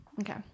Okay